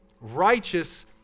righteous